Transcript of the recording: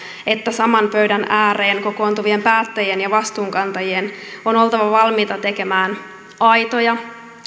että saman pöydän ääreen kokoontuvien päättäjien ja vastuunkantajien on oltava valmiita tekemään aitoja